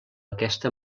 aquesta